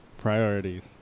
Priorities